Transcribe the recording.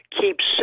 keeps